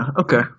okay